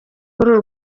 uru